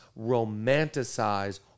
romanticize